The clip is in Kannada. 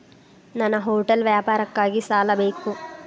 ನನ್ನ ಹೋಟೆಲ್ ವ್ಯಾಪಾರಕ್ಕಾಗಿ ಸಾಲ ಬೇಕು